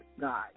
God